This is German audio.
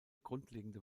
grundlegende